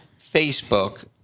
Facebook